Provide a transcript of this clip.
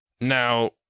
Now